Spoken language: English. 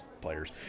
players